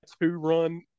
two-run –